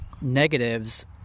negatives